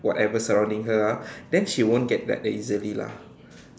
whatever surrounding her ah then she won't get that easily lah